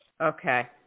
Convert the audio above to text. Okay